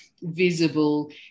visible